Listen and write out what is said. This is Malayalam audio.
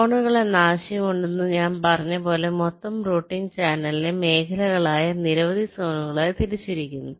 സോണുകൾ എന്ന ആശയം ഉണ്ടെന്ന് ഞാൻ പറഞ്ഞതുപോലെ മൊത്തം റൂട്ടിംഗ് ചാനലിനെ മേഖലകളായ നിരവധി സോണുകളായി തിരിച്ചിരിക്കുന്നു